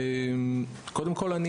קודם כל,